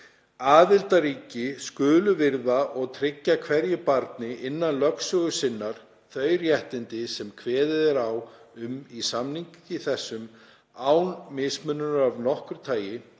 „Aðildarríki skulu virða og tryggja hverju barni innan lögsögu sinnar þau réttindi sem kveðið er á um í samningi þessum, án mismununar af nokkru tagi,